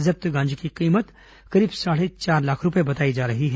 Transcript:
जब्त गांजे की कीमत करीब चार लाख रूपए बताई जा रही है